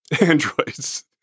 Androids